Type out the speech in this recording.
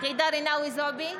ג'ידא רינאוי זועבי,